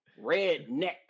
Redneck